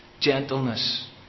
Gentleness